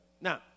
Now